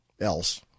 else